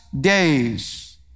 days